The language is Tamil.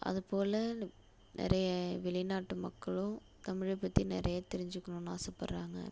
அதுபோல நிறைய வெளிநாட்டு மக்களும் தமிழை பற்றி நிறைய தெரிஞ்சிக்கணுன்னு ஆசைப்பட்றாங்க